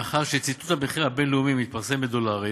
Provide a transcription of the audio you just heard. מאחר שציטוט המחיר הבין-לאומי מתפרסם בדולרים,